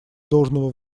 должного